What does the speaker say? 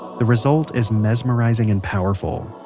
the result is mesmerizing, and powerful,